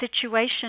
situation